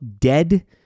dead